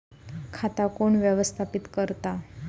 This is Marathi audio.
खाता कोण व्यवस्थापित करता?